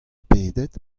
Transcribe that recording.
pedet